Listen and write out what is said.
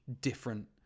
different